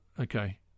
Okay